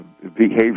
behavior